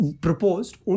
proposed